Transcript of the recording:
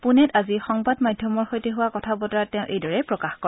পুণেত আজি সংবাদ মাধ্যমৰ সৈতে হোৱা কথা বতৰাত তেওঁ এইদৰে প্ৰকাশ কৰে